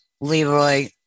Leroy